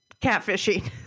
catfishing